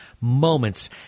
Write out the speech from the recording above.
moments